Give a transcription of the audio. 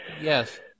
yes